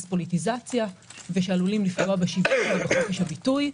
פוליטיזציה ושעלולים לפגוע בחופש הביטוי.